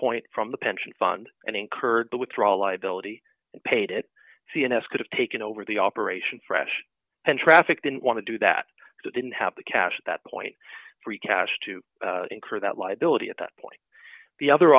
point from the pension fund and incurred the withdrawal liability paid cns could've taken over the operation fresh and traffic didn't want to do that but didn't have the cash that point free cash to incur that liability at that point the other